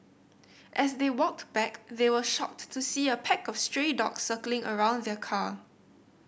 as they walked back they were shocked to see a pack of stray dogs circling around the car